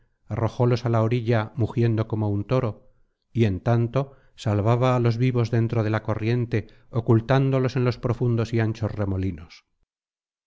cauce arrojólos á la orilla mugiendo como un toro y en tanto salvaba á los vivos dentro de la corriente ocultándolos en los profundos y anchos remolinos